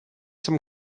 some